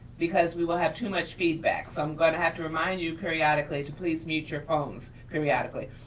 because we will have too much feedback. so i'm gonna have to remind you periodically to please mute your phones, periodically.